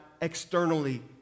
externally